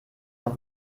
auf